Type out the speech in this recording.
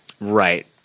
Right